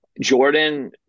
Jordan